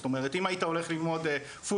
זאת אומרת אם היית הולך ללמוד פולסטק,